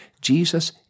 Jesus